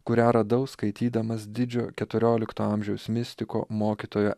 kurią radau skaitydamas didžio keturiolikto amžiaus mistiko mokytojo